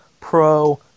Pro